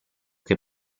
che